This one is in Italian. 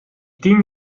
team